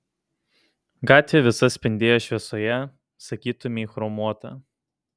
gatvė visa spindėjo šviesoje sakytumei chromuota